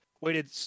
waited